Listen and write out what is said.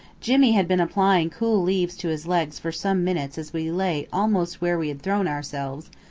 jimmy had been applying cool leaves to his legs for some minutes as we lay almost where we had thrown ourselves,